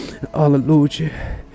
hallelujah